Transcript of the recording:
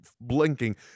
blinking